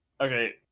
okay